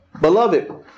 beloved